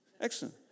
Excellent